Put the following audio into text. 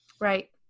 Right